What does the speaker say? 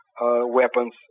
weapons